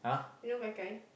you know gai-gai